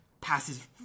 passes